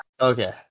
Okay